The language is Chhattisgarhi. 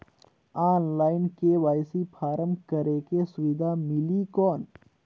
ऑनलाइन के.वाई.सी फारम करेके सुविधा मिली कौन?